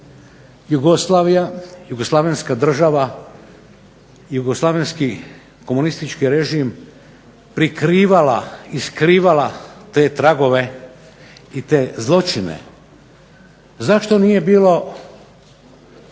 Jugoslavija, jugoslavenska država i jugoslavenski komunistički režim prikrivala i skrivala te tragove i te zločine? Zašto nije bilo